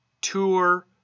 Tour